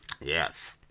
Yes